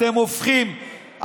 אתם הופכים,